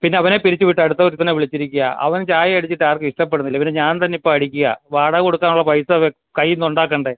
പിന്നവനെ പിരിച്ചു വിട്ട് അടുത്തൊരുത്തനെ വിളിച്ചിരിക്കുകയാണ് അവൻ ചായയടിച്ചിട്ടാർക്കും ഇഷ്ടപ്പെടുന്നില്ല പിന്നെ ഞാൻ തന്നിപ്പടിക്കുകയാണ് വാടക കൊടുക്കാനുള്ള പൈസ കയ്യിൽ നിന്നുണ്ടാക്കണ്ടേ